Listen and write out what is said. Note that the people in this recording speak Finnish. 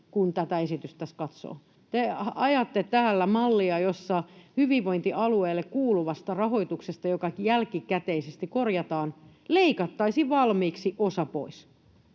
kun tätä esitystä tässä katsoo. Te ajatte täällä mallia, jossa hyvinvointialueille kuuluvasta rahoituksesta, joka jälkikäteisesti korjataan, leikattaisiin valmiiksi osa pois.